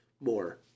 more